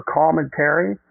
commentary